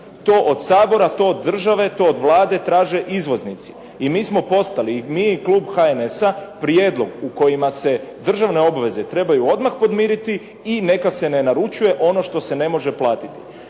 to od Sabora, to od države, to od Vlade traže izvoznici. I mi smo poslali i mi i klub HNS-a prijedlog u kojima se državne obveze trebaju odmah podmiriti i neka se ne naručuje ono što se ne može platiti.